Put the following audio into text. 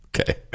Okay